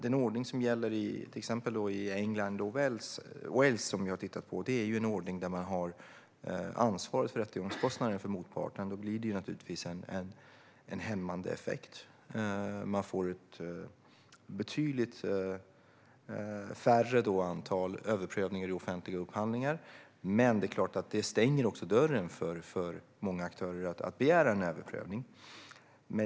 Den ordning som gäller i till exempel England och Wales, som vi har tittat på, är en ordning där man har ansvaret för rättegångskostnaden för motparten. Då blir det naturligtvis en hämmande effekt. Man får betydligt färre överprövningar i offentliga upphandlingar, men det är klart att det stänger dörren för många aktörer när det gäller att begära en överprövning.